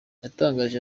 yatangarije